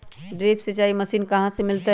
Drip सिंचाई machine कहाँ से मिलतै?